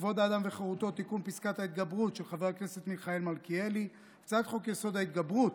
חוק ומשפט תדון בהצעות החוק הבאות: הצעת חוק לביטול קובלנה